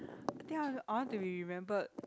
I think I want I want to be remembered